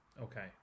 Okay